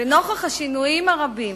נוכח השינויים הרבים